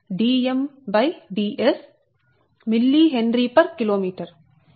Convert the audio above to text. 4605 log Dm Ds mHkm